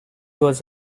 was